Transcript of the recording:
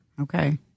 Okay